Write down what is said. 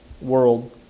world